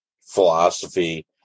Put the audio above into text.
philosophy